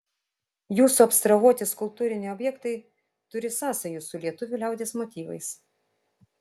jūsų abstrahuoti skulptūriniai objektai turi sąsajų su lietuvių liaudies motyvais